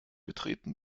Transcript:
betreten